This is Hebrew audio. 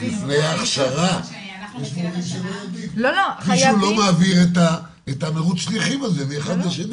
מישהו לא מעביר את מרוץ השליחים הזה מאחד לשני.